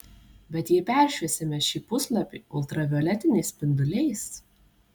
bet jei peršviesime šį puslapį ultravioletiniais spinduliais